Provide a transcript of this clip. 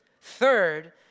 Third